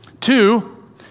Two